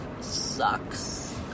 sucks